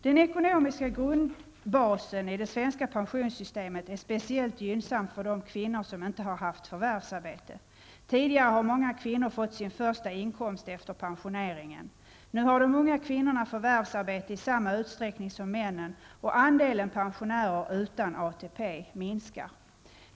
Den ekonomiska bastryggheten i det svenska pensionssystemet är speciellt gynnsam för de kvinnor som inte haft förvärvsarbete. Tidigare har många kvinnor fått sin första egna inkomst efter pensioneringen. Nu har de unga kvinnorna förvärvsarbete i samma utsträckning som männen, och andelen pensionärer utan ATP minskar.